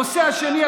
הנושא השני,